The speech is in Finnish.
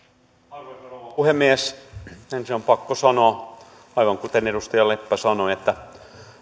arvoisa rouva puhemies ensin on pakko sanoa aivan kuten edustaja leppä sanoi että